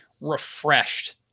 refreshed